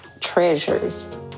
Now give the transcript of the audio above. treasures